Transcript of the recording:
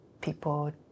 people